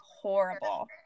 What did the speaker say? horrible